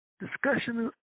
discussion